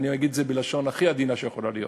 אגיד את זה בלשון הכי עדינה שיכולה להיות.